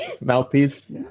Mouthpiece